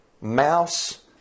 mouse